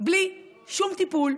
בלי שום טיפול,